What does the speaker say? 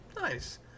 Nice